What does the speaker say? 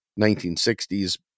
1960s